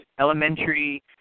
elementary